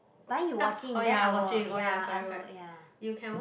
but then you watching then I will ya I will ya